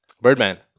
Birdman